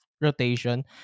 rotation